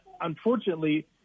unfortunately